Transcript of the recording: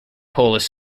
polish